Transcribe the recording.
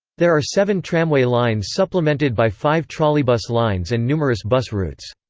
there are seven tramway lines supplemented by five trolleybus lines and numerous bus routes.